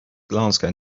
glasgow